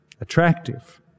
attractive